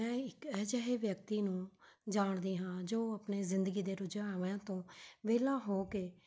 ਮੈਂ ਇੱਕ ਅਜਿਹੇ ਵਿਅਕਤੀ ਨੂੰ ਜਾਣਦੀ ਹਾਂ ਜੋ ਆਪਣੇ ਜ਼ਿੰਦਗੀ ਦੇ ਰੁਝਾਵਾਂ ਤੋਂ ਵਿਹਲਾ ਹੋ ਕੇ